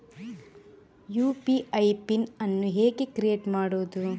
UPI PIN ಅನ್ನು ಹೇಗೆ create ಮಾಡುದು?